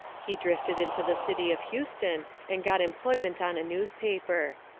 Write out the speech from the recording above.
he drifted into the city of houston and got employment on a newspaper.